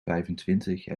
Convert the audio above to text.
vijfentwintig